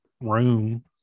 room